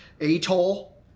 atoll